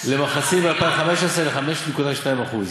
למחצית ב-2015, ל-5.2%.